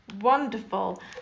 Wonderful